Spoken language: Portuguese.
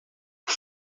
por